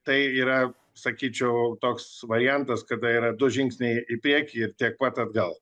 tai yra sakyčiau toks variantas kada yra du žingsniai į priekį ir tiek pat atgal